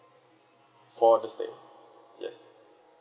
for the stay yes